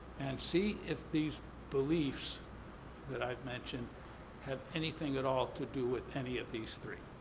and see if these beliefs that i've mentioned have anything at all to do with any of these three.